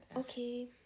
okay